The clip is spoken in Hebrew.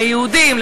ליהודים,